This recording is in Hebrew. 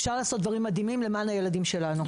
אפשר לעשות דברים מדהימים למען הילדים שלנו.